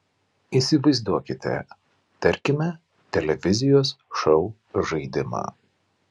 įsivaizduokite tarkime televizijos šou žaidimą